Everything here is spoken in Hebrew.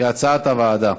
כהצעת הוועדה.